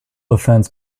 offense